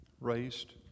Raised